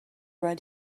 right